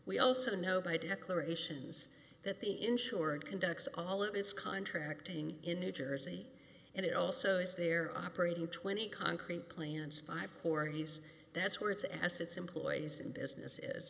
we also know by declarations that the insured conducts all its contracting in new jersey and it also is there operating twenty concrete plans five or he's that's where it's as its employees and business is